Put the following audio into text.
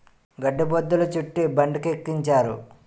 గడ్డి బొద్ధులు చుట్టి బండికెక్కించారు